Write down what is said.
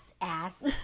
ass